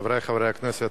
חברי חברי הכנסת,